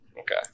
Okay